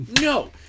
no